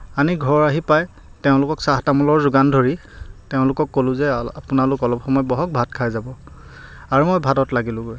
আনি ঘৰ আহি পাই তেওঁলোকক চাহ তামোলৰ যোগান ধৰি তেওঁলোকক ক'লোঁ যে আপোনালোক অলপ সময় বহক ভাত খাই যাব আৰু মই ভাতত লাগিলোঁগৈ